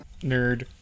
Nerd